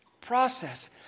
process